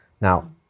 Now